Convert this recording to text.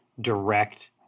direct